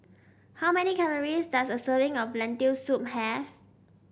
how many calories does a serving of Lentil Soup have